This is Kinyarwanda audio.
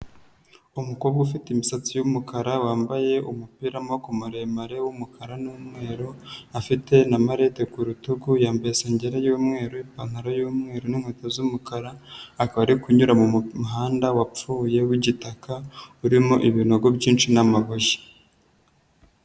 Umukobwa ufite imisatsi y'umukara wambaye umupira w'amaboko maremare w'umukara n'umweru afite na malete ku rutugu, yambaye isengeri y'umweru, ipantaro y'umweru n'inkweto z'umukara, akaba ari kunyura mu muhanda wapfuye w'igitaka urimo ibinogo byinshi n'amabuye.